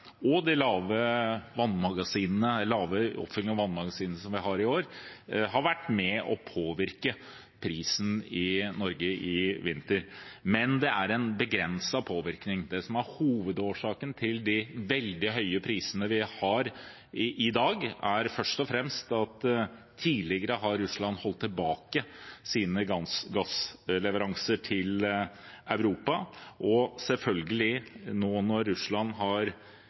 og den lave fyllingsgraden i vannmagasinene vi har i år, har vært med på å påvirke prisen i Norge i vinter, men det er en begrenset påvirkning. Det som er hovedårsaken til de veldig høye prisene vi har i dag, er først og fremst at der Russland tidligere har holdt tilbake sine gassleveranser til Europa, er vi nå, når Russland har